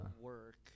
work